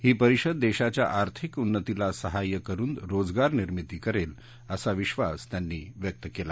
ही परिषद देशाच्या आर्थिक उन्नतीला सहाय्य करुन रोजगार निर्मिती करेल असा विधास त्यांनी व्यक्त केला